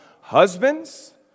Husbands